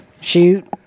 shoot